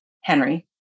Henry